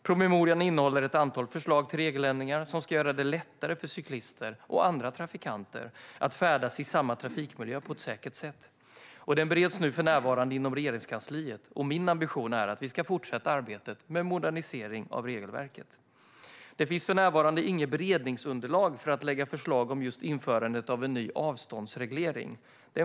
Promemorian innehåller ett antal förslag till regeländringar som ska göra det lättare för cyklister och andra trafikanter att färdas i samma trafikmiljö på ett säkert sätt. Promemorian bereds för närvarande inom Regeringskansliet, och min ambition är att vi ska fortsätta arbetet med modernisering av regelverket. Det finns för närvarande inget beredningsunderlag för att lägga förslag om införandet av ny avståndsreglering.